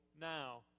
now